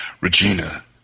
Regina